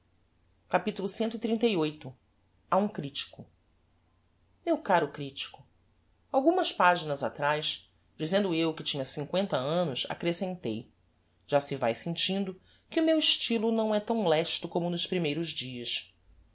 capitulo cxxxviii a um critico meu caro critico algumas paginas atraz dizendo eu que tinha cincoenta annos accrescentei já se vae sentindo que o meu estylo não é tão lesto como nos primeiros dias